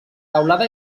teulada